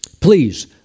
Please